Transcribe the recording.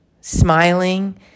smiling